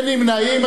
אין נמנעים.